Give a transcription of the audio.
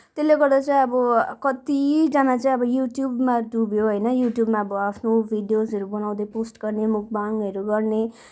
त्यसले गर्दा चाहिँ अब कतिजना चाहिँ अब युट्युबमा डुब्यो होइन युट्युबमा अब आफ्नो भिडियोजहरू बनाउँदै पोस्ट गर्ने मुकबाङहरू गर्ने